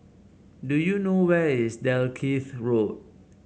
do you know where is Dalkeith Road